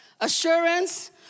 assurance